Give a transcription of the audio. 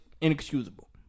inexcusable